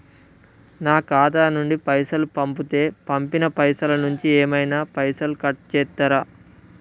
నా ఖాతా నుండి పైసలు పంపుతే పంపిన పైసల నుంచి ఏమైనా పైసలు కట్ చేత్తరా?